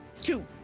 two